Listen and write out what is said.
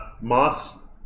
Moss